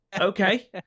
okay